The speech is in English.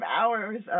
hours